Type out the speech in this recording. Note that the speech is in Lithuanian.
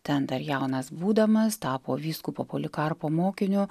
ten dar jaunas būdamas tapo vyskupo polikarpo mokiniu